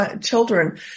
children